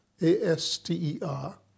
A-S-T-E-R